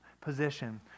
position